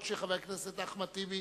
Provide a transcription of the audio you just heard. אף-על-פי שחבר הכנסת אחמד טיבי